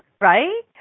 right